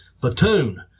platoon